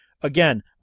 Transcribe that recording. again